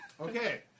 Okay